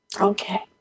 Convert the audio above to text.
Okay